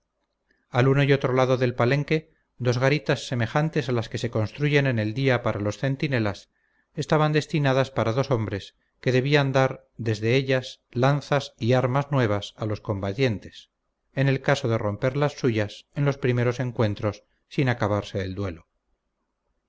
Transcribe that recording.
uno y otro lado del palenque dos garitas semejantes a las que se construyen en el día para los centinelas estaban destinadas para dos hombres que debían dar desde ellas lanzas y armas nuevas a los combatientes en el caso de romper las suyas en los primeros encuentros sin acabarse el duelo